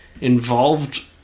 involved